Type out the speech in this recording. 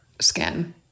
skin